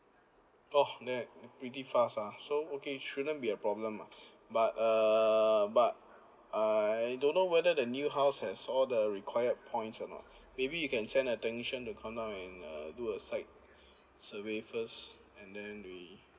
oh that pretty fast ah so okay shouldn't be a problem ah but err but I don't know whether the new house has all the required points or not maybe you can send a technician to come down and uh do a site survey first and then we